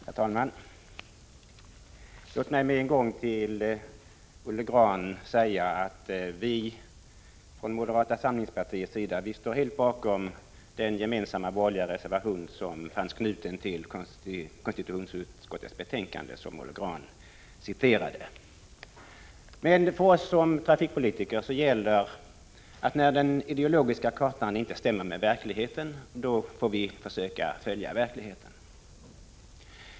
Herr talman! Låt mig med en gång säga till Olle Grahn att vi från moderata samlingspartiets sida helt står bakom den gemensamma borgerliga reservation som finns knuten till konstitutionsutskottets betänkande och som Olle Grahn citerade. För oss som trafikpolitiker gäller, att när den ideologiska kartan inte stämmer med verkligheten får vi försöka följa verkligheten.